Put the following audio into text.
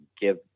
give